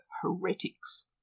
heretics